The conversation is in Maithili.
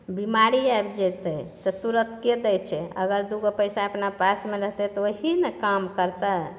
बिमारी आबि जेतै तऽ तुरत केँ दै छै अगर दुगो पैसा अपना पासमे रहतै तऽ ओहि ने काम करतै